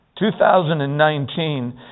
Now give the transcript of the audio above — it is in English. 2019